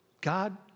God